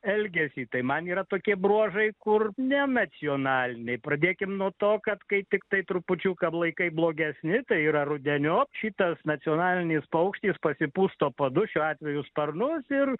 elgesį tai man yra tokie bruožai kur ne nacionaliniai pradėkim nuo to kad kai tiktai trupučiuką laikai blogesni tai yra rudeniop šitas nacionalinis paukštis pasipusto padus šiuo atveju sparnus ir